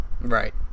right